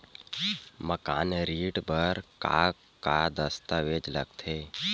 मकान ऋण बर का का दस्तावेज लगथे?